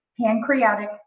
pancreatic